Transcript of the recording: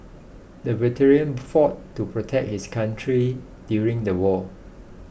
the veteran fought to protect his country during the war